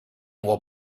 will